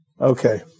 Okay